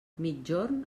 migjorn